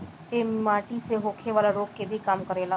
इ माटी से होखेवाला रोग के भी कम करेला